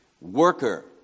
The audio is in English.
worker